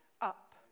up